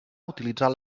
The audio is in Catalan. utilitzar